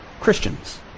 Christians